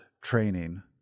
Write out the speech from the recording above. training